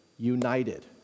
united